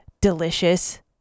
delicious